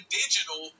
digital